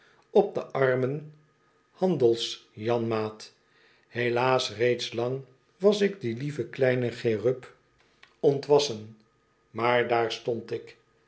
op den armen handels janmaat helaas reeds lang was ik dien lieven kleinen cherub ontwassen maar daar stond ik